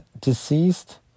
deceased